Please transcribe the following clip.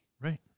right